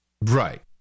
Right